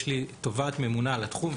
יש לי תובעת ממונה על התחום,